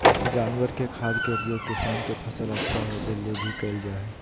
जानवर के खाद के उपयोग किसान के फसल अच्छा होबै ले भी कइल जा हइ